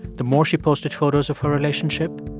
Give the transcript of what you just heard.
the more she posted photos of her relationship,